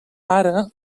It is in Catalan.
ara